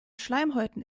schleimhäuten